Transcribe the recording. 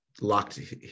Locked